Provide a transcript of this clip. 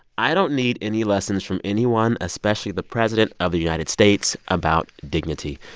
i don't need any lessons from anyone, especially the president of the united states, about dignity.